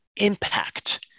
impact